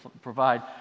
provide